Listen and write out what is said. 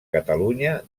catalunya